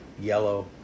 yellow